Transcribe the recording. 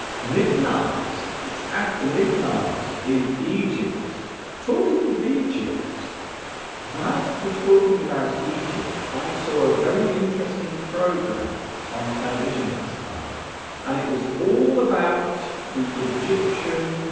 midnight it's after midnight in egypt talking to v gypped whilst we're talking about egypt i saw a very interesting program on television last night and it was all about the egyptian